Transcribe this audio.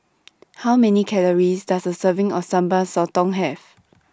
How Many Calories Does A Serving of Sambal Sotong Have